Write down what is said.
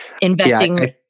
investing